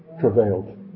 travailed